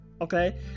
Okay